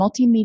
multimedia